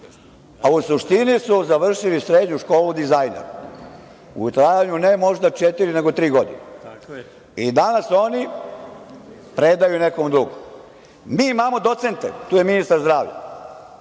a u suštini su završili srednju školu dizajna u trajanju, ne možda četiri nego tri godine. Danas oni predaju nekom drugom. Mi imamo docente, tu je ministar zdravlja.